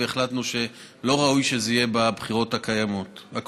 והחלטנו שלא ראוי שזה יהיה בבחירות הקרובות.